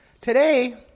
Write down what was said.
Today